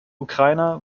ukrainer